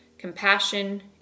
compassion